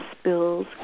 spills